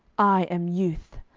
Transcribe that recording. i am youth,